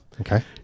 okay